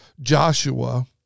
Joshua